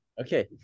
Okay